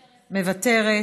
מוותרת.